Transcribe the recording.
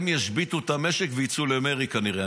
הם ישביתו את המשק ויצאו למרי, כנראה.